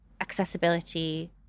accessibility